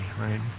right